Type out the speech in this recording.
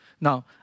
Now